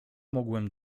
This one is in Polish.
mogłem